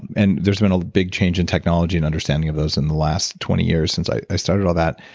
and there's been a big change in technology and understanding of those in the last twenty year since i started all that.